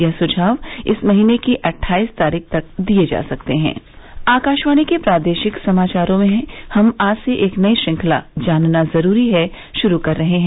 यह सुझाव इस महीने की अट्ठाईस तारीख तक दिये जा सकते हैं आकाशवाणी के प्रादेशिक समाचारों में हम आज से एक नई श्रृंखला जानना जरूरी है शुरू कर रहे हैं